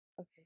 Okay